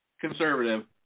conservative